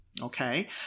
Okay